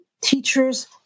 teachers